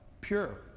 pure